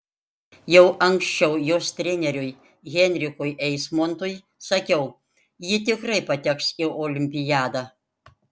jau anksčiau jos treneriui henrikui eismontui sakiau ji tikrai pateks į olimpiadą